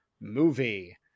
movie